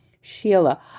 Sheila